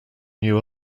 new